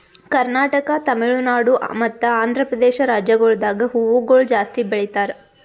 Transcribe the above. ಕರ್ನಾಟಕ, ತಮಿಳುನಾಡು ಮತ್ತ ಆಂಧ್ರಪ್ರದೇಶ ರಾಜ್ಯಗೊಳ್ದಾಗ್ ಹೂವುಗೊಳ್ ಜಾಸ್ತಿ ಬೆಳೀತಾರ್